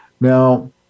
Now